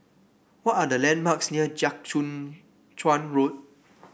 what are the landmarks near Jiak Chuan Road